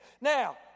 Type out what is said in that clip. Now